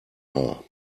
haar